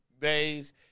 days